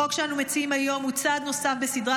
החוק שאנו מציעים היום הוא צעד נוסף בסדרת